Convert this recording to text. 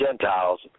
Gentiles